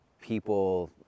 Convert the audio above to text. people